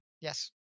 Yes